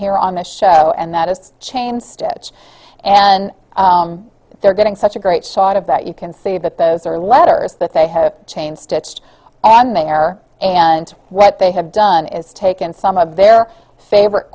here on the show and that is the chain stitch and they're getting such a great shot of that you can see but those are letters that they have chain stitched and they are and what they have done is taken some of their favorite